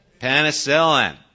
Penicillin